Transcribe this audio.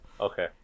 Okay